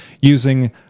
using